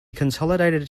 consolidated